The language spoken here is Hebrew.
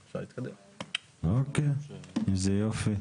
אוקיי, איזה יופי.